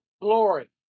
glory